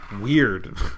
weird